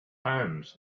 homes